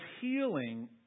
healing